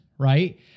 Right